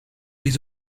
les